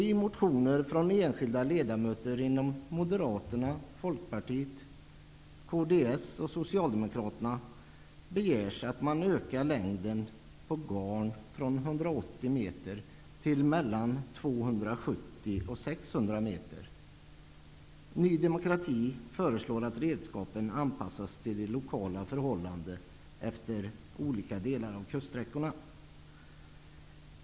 I motioner från enskilda ledamöter inom meter. Ny demokrati föreslår att redskapen anpassas till lokala förhållanden efter olika delar av kuststräckorna.